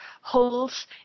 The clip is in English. holes